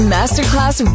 Masterclass